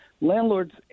landlords